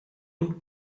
und